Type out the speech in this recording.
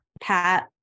Pat